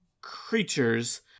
creatures